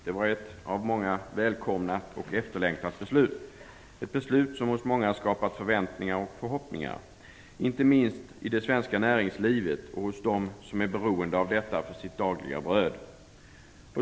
Det var ett av många välkomnat och efterlängtat beslut, ett beslut som hos många skapat förväntningar och förhoppningar, inte minst i det svenska näringslivet och hos dem som är beroende av detta för sitt dagliga bröd.